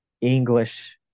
English